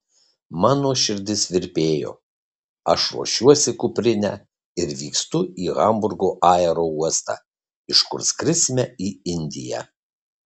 mano širdis virpėjo aš ruošiuosi kuprinę ir vykstu į hamburgo aerouostą iš kur skrisime į indiją